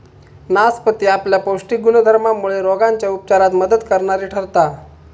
नासपती आपल्या पौष्टिक गुणधर्मामुळे रोगांच्या उपचारात मदत करणारी ठरता